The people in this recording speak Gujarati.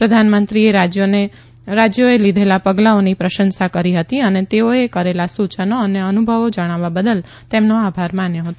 પ્રધાનમંત્રીએ રાજ્યોએ લીધેલા પગલાંઓની પ્રશંસા કરી હતી અને તેઓએ કરેલા સુયનો અને અનુભવો આપ્યા બદલ તોઓનો આભાર માન્યો હતો